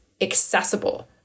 accessible